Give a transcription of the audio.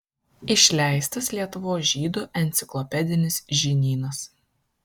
išleistas lietuvos žydų enciklopedinis žinynas